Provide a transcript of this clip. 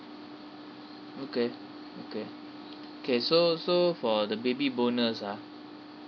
okay okay okay so so for the baby bonus ah